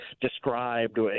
described